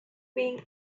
been